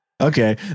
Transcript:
Okay